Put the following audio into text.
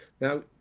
Now